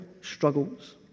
struggles